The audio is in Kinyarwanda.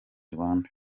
rwanda